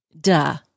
Duh